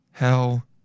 Hell